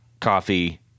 coffee